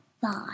five